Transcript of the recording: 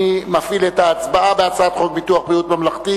אני מפעיל את ההצבעה בהצעת חוק ביטוח בריאות ממלכתי